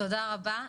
תודה רבה.